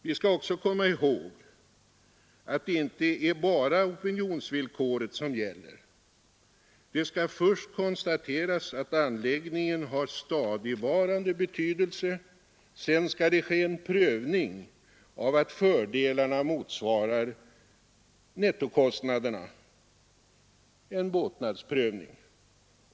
Vi skall också komma ihåg att det inte bara är opinionsvillkoret som gäller. Det skall först konstateras att anläggningen har ”stadigvarande betydelse”. Sedan skall en prövning ske av att fördelarna motsvarar nettokostnaderna — en båtnadsprövning.